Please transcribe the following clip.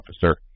officer